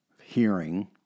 hearing